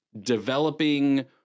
developing